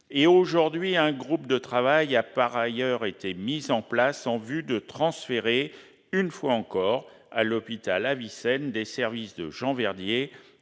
digestive. Un groupe de travail a par ailleurs été mis en place en vue de transférer, une fois encore, à l'hôpital Avicenne des services de Jean-Verdier